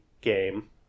game